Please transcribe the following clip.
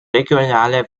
regionale